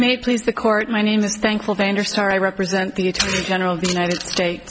may please the court my name is thankful vander starr i represent the attorney general of the united states